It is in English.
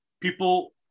People